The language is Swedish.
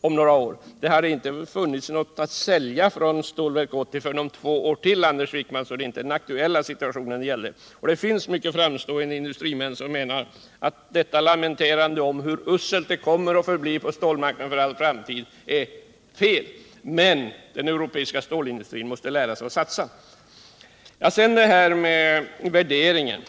Det hade ändå inte funnits någonting att sälja från Stålverk 80 förrän om två år, så det är inte den aktuella situationen det gäller. Mycket framstående industrimän menar att detta lamenterande om hur uselt det kommer att förbli på stålmarknaden för all framtid är missriktat. Men den europeiska stålindustrin måste lära sig att satsa! Sedan till värderingen!